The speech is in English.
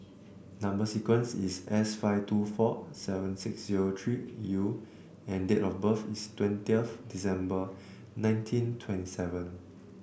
number sequence is S five two four seven six zero three U and date of birth is twentieth December nineteen twenty seven